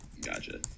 Gotcha